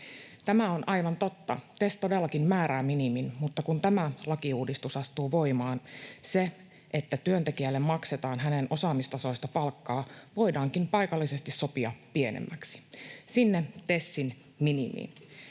Tämä on aivan totta. TES todellakin määrää minimin, mutta kun tämä lakiuudistus astuu voimaan, niin se, että työntekijälle maksetaan hänen osaamisensa tasoista palkkaansa, voidaankin paikallisesti sopia pienemmäksi, sinne TESin minimiin.